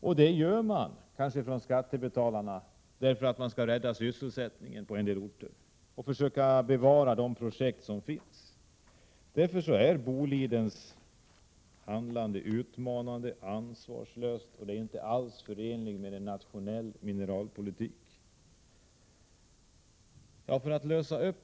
Skattebetalarna går kanske med på det för att rädda sysselsättningen på en del orter och bevara de projekt som finns, men Bolidens handlande är utmanande, ansvarslöst och inte alls förenligt med en nationell mineralpolitik.